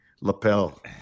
lapel